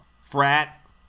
Frat